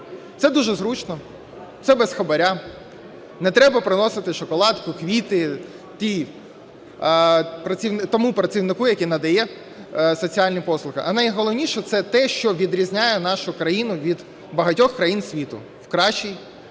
Це дуже зручно. Це без хабара. Не треба приносити шоколадку, квіти тому працівнику, який надає соціальні послуги. А найголовніше – це те, що відрізняє нашу країну від багатьох країн світу з кращого